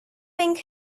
pink